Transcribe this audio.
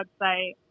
website